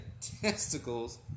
testicles